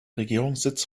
regierungssitz